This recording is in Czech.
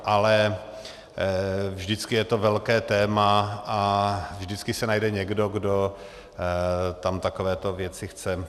Ale vždycky je to velké téma a vždycky se najde někdo, kdo tam takovéto věci chce.